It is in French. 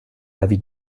l’avis